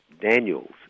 Daniels